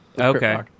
Okay